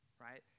Right